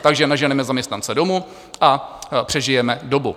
Takže naženeme zaměstnance domů a přežijeme dobu.